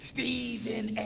Stephen